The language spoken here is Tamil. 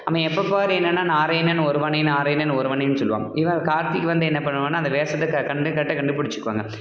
அவன் எப்போ பார் என்னென்னால் நாராயணன் ஒருவனே நாராயணன் ஒருவனேன்னு சொல்லுவாங்க இவன் கார்த்திக் வந்து என்ன பண்ணுவான்னால் அந்த வேஷத்தை க கண்டு கரெக்டாக கண்டுபிடிச்சுக்குவாங்க